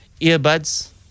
earbuds